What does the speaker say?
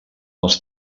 els